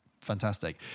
fantastic